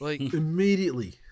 immediately